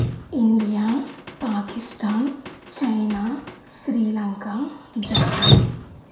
India Pakistan China Sri Lanka Japan